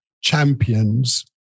champions